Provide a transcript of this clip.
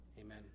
Amen